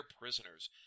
prisoners